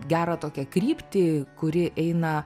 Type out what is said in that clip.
gerą tokią kryptį kuri eina